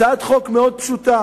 הצעת חוק מאוד פשוטה,